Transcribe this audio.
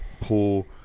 pull